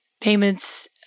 payments